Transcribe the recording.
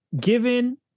given